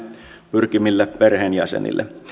pyrkiville perheenjäsenille